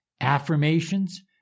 Affirmations